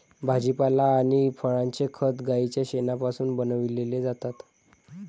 भाजीपाला आणि फळांचे खत गाईच्या शेणापासून बनविलेले जातात